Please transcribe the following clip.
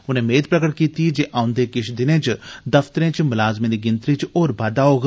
उनें मेद प्रगट कीती जे औंदे किश दिनें च दफ्तरें च मलाजमें दी गिनत्री च होर बाद्दा होग